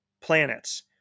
planets